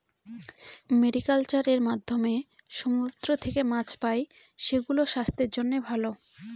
mariculture এর মাধ্যমে সমুদ্র থেকে মাছ পাই, সেগুলো স্বাস্থ্যের জন্য ভালো